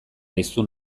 hiztun